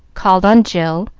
called on jill,